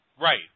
Right